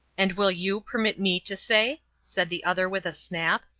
and will you permit me to say, said the other, with a snap,